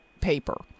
paper